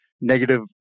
negative